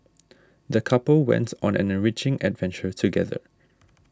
the couple went on an enriching adventure together